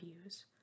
views